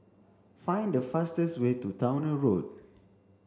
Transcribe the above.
find the fastest way to Towner Road